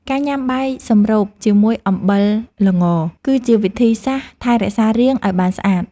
ការញ៉ាំបាយសម្រូបជាមួយអំបិលល្ង គឺជាវិធីសាស្ត្រថែរក្សារាងឱ្យបានស្អាត។